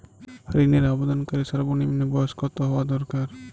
ঋণের আবেদনকারী সর্বনিন্ম বয়স কতো হওয়া দরকার?